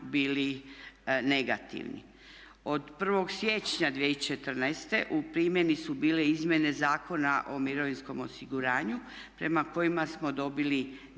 bili negativni. Od 1. siječnja 2014. u primjeni su bile izmjene Zakona o mirovinskom osiguranju prema kojima smo dobili dvije